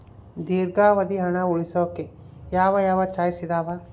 ದೇರ್ಘಾವಧಿ ಹಣ ಉಳಿಸೋಕೆ ಯಾವ ಯಾವ ಚಾಯ್ಸ್ ಇದಾವ?